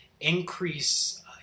increase